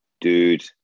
Dude